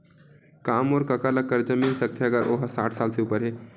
का मोर कका ला कर्जा मिल सकथे अगर ओ हा साठ साल से उपर हे?